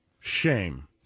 Shame